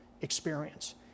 experience